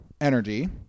energy